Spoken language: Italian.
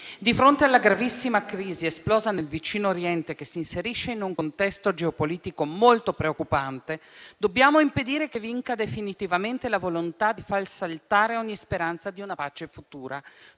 di fronte alla gravissima crisi esplosa nel vicino Oriente, che si inserisce in un contesto geopolitico molto preoccupante, dobbiamo impedire che vinca definitivamente la volontà di far saltare ogni speranza di una pace futura.